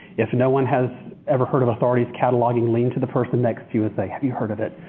if no one has ever heard of authority's cataloging, lean to the person next to you and say have you heard of it?